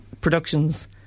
productions